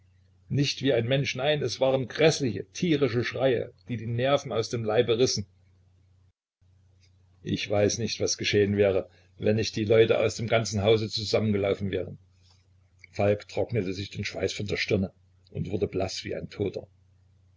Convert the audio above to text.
nicht wie ein mensch nein es waren gräßliche tierische schreie die die nerven aus dem leibe rissen ich weiß nicht was geschehen wäre wenn nicht die leute aus dem ganzen hause zusammengelaufen wären falk trocknete sich den schweiß von der stirne und wurde blaß wie ein toter